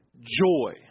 joy